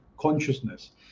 consciousness